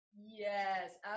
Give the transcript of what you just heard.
Yes